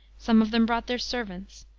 some of them brought their servants.